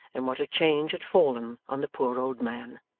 and what a change had fallen on the poor old man.